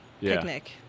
Picnic